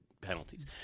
penalties